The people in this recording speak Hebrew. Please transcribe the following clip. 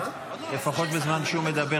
לפחות בזמן שהוא מדבר,